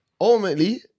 ultimately